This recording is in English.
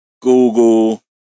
google